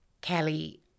Kelly